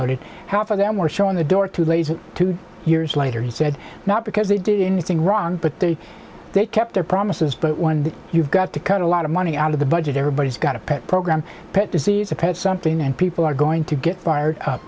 noted how for them were shown the door to laser two years later he said not because they did anything wrong but they they kept their promises but when you've got to cut a lot of money out of the budget everybody's got a pet program pet disease or pet something and people are going to get fired